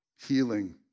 Healing